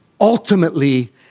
ultimately